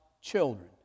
children